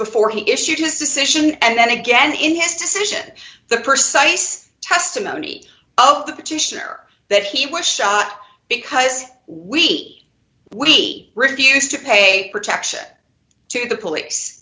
before he issued his decision and then again in his decision the st cites testimony of the petitioner that he was shot because we we refused to pay protection to the police